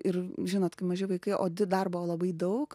ir žinot kai maži vaikai o darbo labai daug